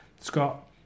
Scott